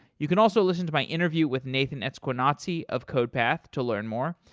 you could also listen to my interview with nathan esquenazi of codepath to learn more,